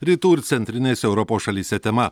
rytų ir centrinės europos šalyse tema